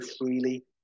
freely